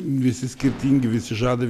visi skirtingi visi žada